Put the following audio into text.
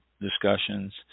discussions